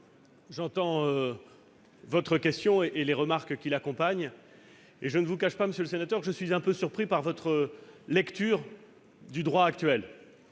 j'entends votre question et les remarques qui l'accompagnent, et je ne vous cache pas que je suis un peu surpris par votre lecture du droit actuel.